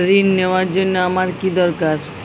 ঋণ নেওয়ার জন্য আমার কী দরকার?